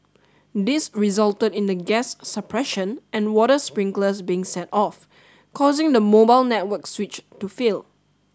this resulted in the gas suppression and water sprinklers being set off causing the mobile network switch to fail